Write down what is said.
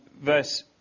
verse